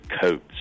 coats